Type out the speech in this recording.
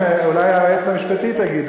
אולי היועצת המשפטית תגיד,